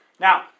Now